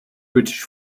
british